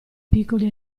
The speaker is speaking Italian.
piccoli